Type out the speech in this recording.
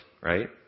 right